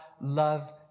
love